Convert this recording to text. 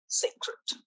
sacred